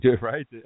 right